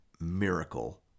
miracle